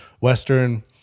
Western